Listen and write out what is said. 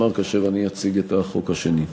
כאשר אני אציג את החוק השני.